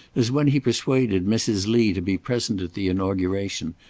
as when he persuaded mrs. lee to be present at the inauguration,